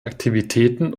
aktivitäten